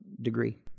degree